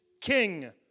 King